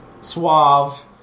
Suave